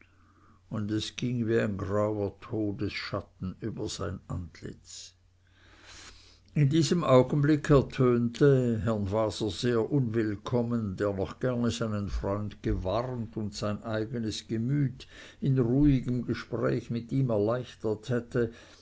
und es ging wie ein grauer todesschatten über sein antlitz in diesem augenblicke ertönte herrn waser sehr unwillkommen der noch gern seinen freund gewarnt und sein eigenes gemüt in ruhigem gespräch mit ihm erleichtert hätte